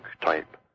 type